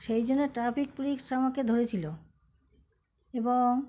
সেই জন্য traffic police আমাকে ধরেছিলো এবং